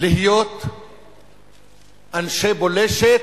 להיות אנשי בולשת,